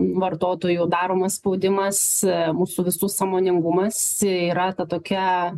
vartotojų daromas spaudimas mūsų visų sąmoningumas yra ta tokia